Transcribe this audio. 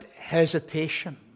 hesitation